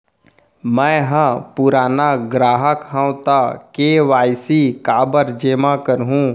मैं ह पुराना ग्राहक हव त के.वाई.सी काबर जेमा करहुं?